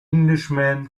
englishman